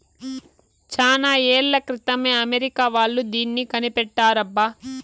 చానా ఏళ్ల క్రితమే అమెరికా వాళ్ళు దీన్ని కనిపెట్టారబ్బా